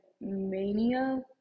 mania